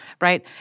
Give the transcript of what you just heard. Right